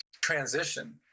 transition